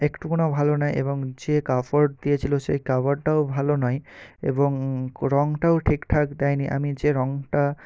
একটুকুও ভালো নয় এবং যে কাপড় দিয়েছিলো সেই কাপড়টাও ভালো নয় এবং রঙটাও ঠিকঠাক দেয়নি আমি যে রঙটা